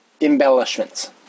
embellishments